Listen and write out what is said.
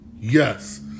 Yes